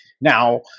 Now